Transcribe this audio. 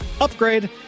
Upgrade